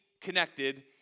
connected